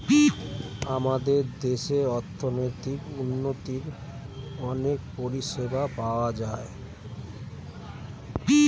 আমাদের দেশে অর্থনৈতিক উন্নতির অনেক পরিষেবা পাওয়া যায়